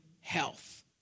health